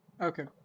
okay